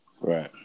Right